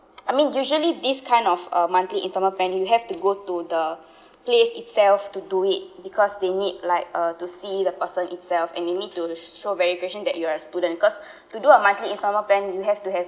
I mean usually this kind of uh monthly installment plan you have to go to the place itself to do it because they need like uh to see the person itself and they need to show verification that you are a student cause to do a monthly installment plan you have to have